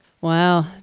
Wow